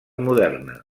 moderna